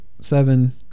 seven